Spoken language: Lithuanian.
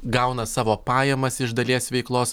gauna savo pajamas iš dalies veiklos